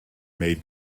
made